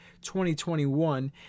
2021